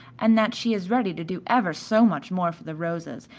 and that she is ready to do ever so much more for the rosas,